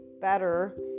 better